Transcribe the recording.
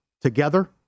together